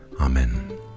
Amen